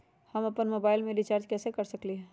हम अपन मोबाइल में रिचार्ज कैसे कर सकली ह?